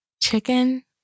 chicken